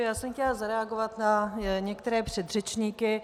Já jsem chtěla zareagovat na některé předřečníky.